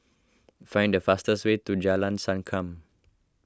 find the fastest way to Jalan Sankam